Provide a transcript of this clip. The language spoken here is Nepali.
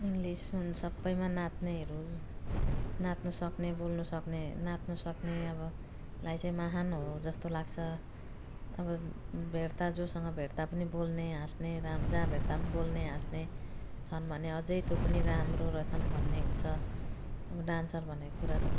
इङ्लिस हुन् सबैमा नाच्नेहरू नाच्नुसक्ने बोल्नुसक्ने नाच्नुसक्ने अबलाई चाहिँ महान हो जस्तो लाग्छ अब भेट्दा जोसँग भेट्दा पनि बोल्ने हाँस्ने रा जहाँ ठाउँमा भेट्दा पनि बोल्ने हाँस्ने छन् भने अझै त्यो पनि राम्रो रहेछन् भन्ने हुन्छ ठाउँमा अब डान्सर भन्ने कुरा